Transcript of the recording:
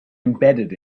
embedded